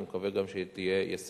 אני מקווה שהיא תהיה גם ישימה.